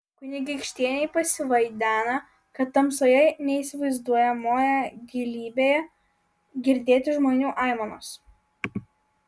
kunigaikštienei pasivaidena kad tamsoje neįsivaizduojamoje gilybėje girdėti žmonių aimanos